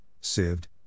sieved